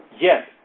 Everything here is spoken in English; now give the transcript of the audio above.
Yes